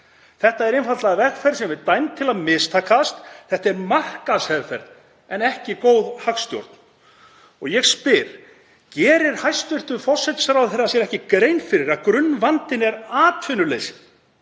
Þetta er einfaldlega vegferð sem er dæmd til að mistakast. Þetta er markaðsherferð en ekki góð hagstjórn. Ég spyr: Gerir hæstv. forsætisráðherra sér ekki grein fyrir að grunnvandinn er atvinnuleysi?